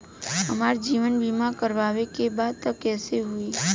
हमार जीवन बीमा करवावे के बा त कैसे होई?